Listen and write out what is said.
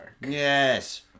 Yes